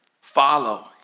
follow